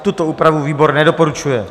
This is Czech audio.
Tuto úpravu výbor nedoporučuje.